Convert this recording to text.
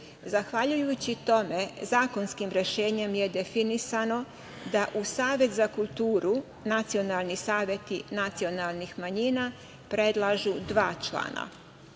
saveta. Zahvaljujući tome, zakonskim rešenjem je definisano da u Savet za kulturu nacionalni saveti nacionalnih manjina predlažu dva člana.